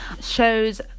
shows